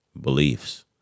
beliefs